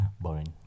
boring